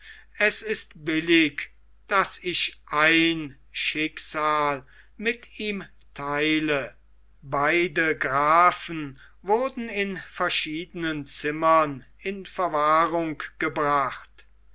es ist billig daß ich ein schicksal mit ihm theile beide grafen wurden in verschiedenen zimmern in verwahrung gebracht